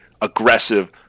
aggressive